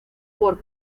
por